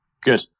Good